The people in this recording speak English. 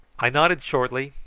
i nodded shortly,